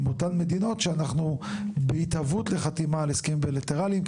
אותן מדינות שאנחנו בהתהוות לחתימה על הסכם בילטרליים,